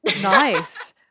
Nice